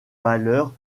valeurs